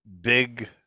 big